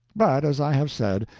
but, as i have said,